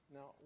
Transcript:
Now